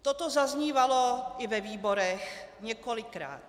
Toto zaznívalo i ve výborech několikrát.